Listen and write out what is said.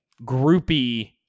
groupy